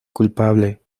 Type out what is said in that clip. culpable